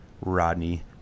Rodney